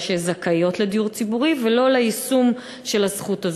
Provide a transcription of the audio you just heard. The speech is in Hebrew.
שזכאיות לדיור ציבורי ולא ליישום של הזכות הזאת.